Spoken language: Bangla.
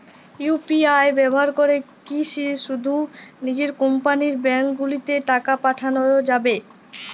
ইউ.পি.আই ব্যবহার করে কি শুধু নিজের কোম্পানীর ব্যাংকগুলিতেই টাকা পাঠানো যাবে?